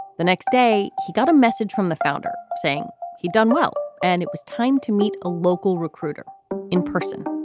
the next day, he got a message from the founder saying he'd done well and it was time to meet a local recruiter in person